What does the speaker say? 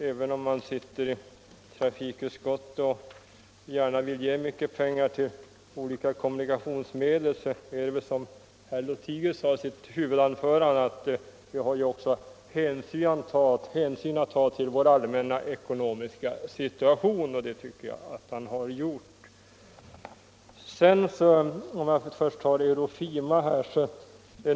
Även om man sitter i trafikutskottet och gärna vill ge mycket pengar till olika kommunikationsmedel så har man, som herr Lothigius sade i sitt huvudanförande, också att ta hänsyn till den allmänna ekonomiska situationen, och det tycker jag att han har gjort.